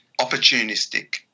opportunistic